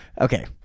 Okay